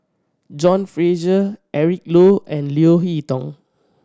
John Fraser Eric Low and Leo Hee Tong